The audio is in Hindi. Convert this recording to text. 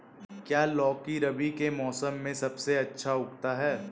क्या लौकी रबी के मौसम में सबसे अच्छा उगता है?